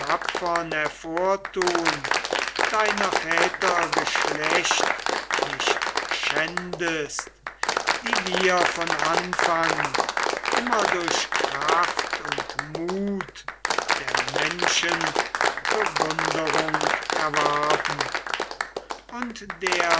hervortun deiner väter geschlecht nicht schändest die wir von anfang immer durch kraft und mut der menschen bewundrung erwarben und der